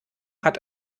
hat